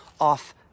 off